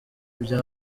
bya